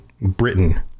Britain